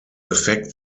effekt